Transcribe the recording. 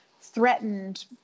threatened